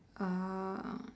uh